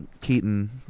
Keaton